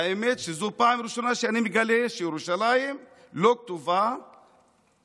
והאמת שזו הפעם הראשונה שאני מגלה שירושלים לא כתובה בתורה.